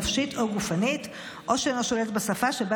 נפשית או גופנית או שאינו שולט בשפה שבה